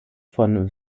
von